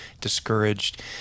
discouraged